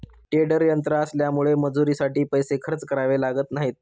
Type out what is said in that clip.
tedder यंत्र आल्यामुळे मजुरीसाठी पैसे खर्च करावे लागत नाहीत